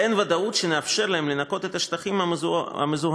אין ודאות שנאפשר להם לנקות את השטחים המזוהמים,